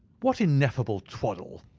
what ineffable twaddle!